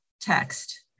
text